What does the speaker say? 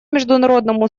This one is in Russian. международному